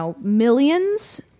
millions